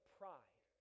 pride